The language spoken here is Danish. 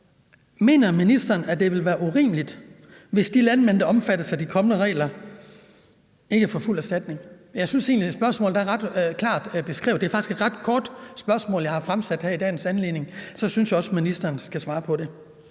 Mener ministeren, at det vil være urimeligt, hvis de landmænd, der omfattes af de kommende regler, ikke får fuld erstatning? Jeg synes egentlig, spørgsmålet er ret klart beskrevet. Det er faktisk et ret kort spørgsmål, jeg har stillet her i dagens anledning. Så synes jeg også, at ministeren skal svare på det.